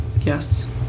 Yes